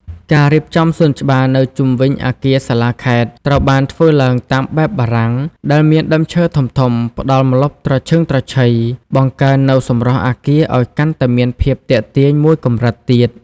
ការរៀបចំសួនច្បារនៅជុំវិញអគារសាលាខេត្ត ត្រូវបានធ្វើឡើងតាមបែបបារាំងដែលមានដើមឈើធំៗផ្តល់ម្លប់ត្រឈឹងត្រឈៃ បង្កើននូវសម្រស់អគារឱ្យកាន់តែមានភាពទាក់ទាញមួយកម្រិតទៀត។